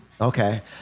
Okay